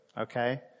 Okay